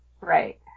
Right